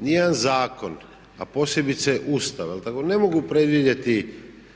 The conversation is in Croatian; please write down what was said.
nijedan zakon, a posebice Ustav jel' tako, ne mogu predvidjeti